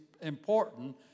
important